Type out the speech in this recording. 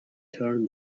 turn